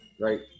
Right